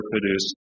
produced